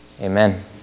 amen